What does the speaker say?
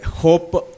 hope